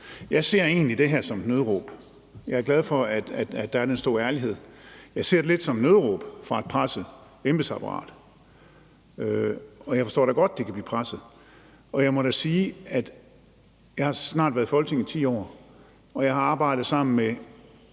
Jeg ser egentlig det her som et nødråb. Jeg er glad for, at der er den store ærlighed. Jeg ser det lidt som et nødråb fra et presset embedsapparat, og jeg forstår da godt, at de kan føle sig presset. Jeg har snart været i Folketinget i 10 år, og jeg har arbejdet sammen med